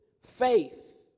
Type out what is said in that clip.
faith